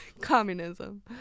Communism